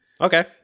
Okay